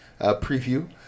preview